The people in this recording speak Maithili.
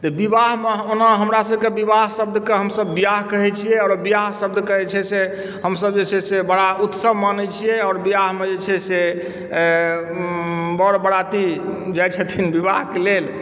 तऽ विवाहमे ओना हमरासभके विवाह शब्दके हमसभ ब्याह कहैत छियै आओर ब्याह शब्दके जे छै से हमसभ जे छै से बड़ा उत्सव मानैत छियै आओर ब्याहमे जे छै से वर बरियाती जाइत छथिन विवाहके लेल